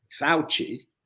Fauci